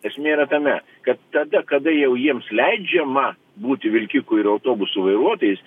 esmė yra tame kad tada kada jau jiems leidžiama būti vilkikų ir autobusų vairuotojais